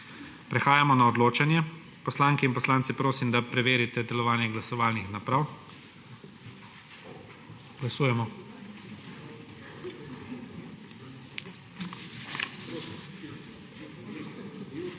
Prehajamo na odločanje. Poslanke in poslance prosim, da preverijo delovanje glasovalnih naprav. Glasujemo.